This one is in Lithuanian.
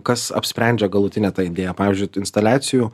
kas apsprendžia galutinę tą idėją pavyzdžiui tų instaliacijų